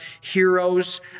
Heroes